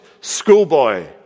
schoolboy